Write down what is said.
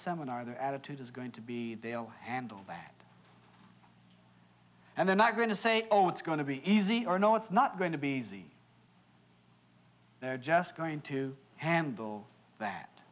their attitude is going to be they'll handle that and they're not going to say oh it's going to be easy or no it's not going to be easy they're just going to handle that